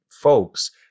folks